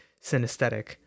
synesthetic